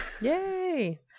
Yay